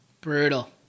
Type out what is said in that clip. Brutal